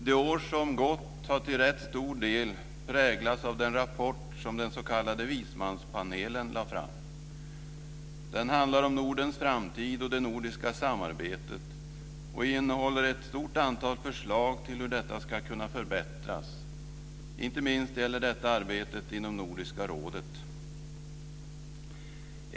Det år som gått har till rätt stor del präglats av den rapport som den s.k. vismanspanelen lade fram. Den handlar om Nordens framtid och det nordiska samarbetet och innehåller ett stort antal förslag till hur detta ska kunna förbättras. Inte minst gäller detta arbetet inom Nordiska rådet.